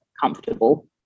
comfortable